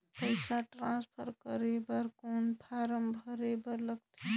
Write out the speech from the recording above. पईसा ट्रांसफर करे बर कौन फारम भरे बर लगथे?